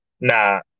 nah